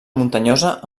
muntanyosa